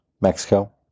Mexico